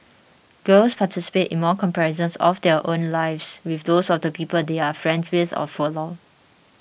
girls participate in more comparisons of their own lives with those of the people they are friends with or follow